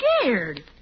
scared